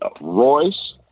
Royce